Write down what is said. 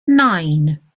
nine